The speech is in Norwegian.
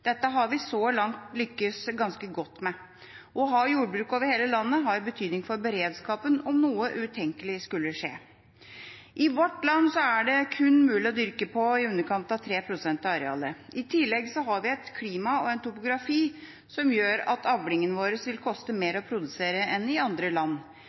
Dette har vi så langt lyktes ganske godt med. Å ha jordbruk over hele landet har betydning for beredskapen om noe utenkelig skulle skje. I vårt land er det mulig å dyrke på kun i underkant av 3 pst. av arealet. I tillegg har vi et klima og en topografi som gjør at avlingene våre vil koste mer å produsere enn i andre land.